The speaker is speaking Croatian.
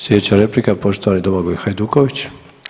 Sljedeća replika, poštovani Domagoj Hajduković.